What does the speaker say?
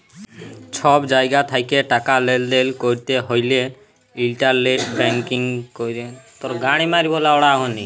ছব জায়গা থ্যাকে টাকা লেলদেল ক্যরতে হ্যলে ইলটারলেট ব্যাংকিং ক্যরে